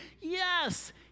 Yes